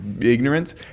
ignorance